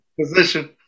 Position